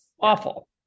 awful